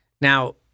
Now